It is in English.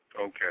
Okay